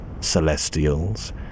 Celestials